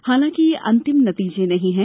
हालांकि यह अंतिम नतीजे नहीं है